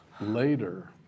later